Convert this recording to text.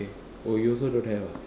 oh you also don't have ah